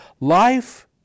life